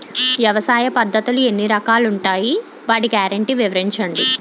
వ్యవసాయ పద్ధతులు ఎన్ని రకాలు ఉంటాయి? వాటి గ్యారంటీ వివరించండి?